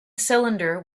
cylinder